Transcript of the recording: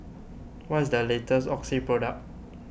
what is the latest Oxy product